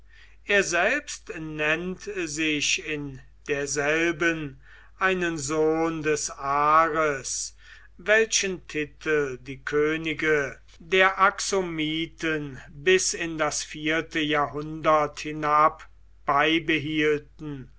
er selbst nennt sich in derselben einen sohn des ares welchen titel die könige der axomiten bis in das vierte jahrhundert hinab beibehielten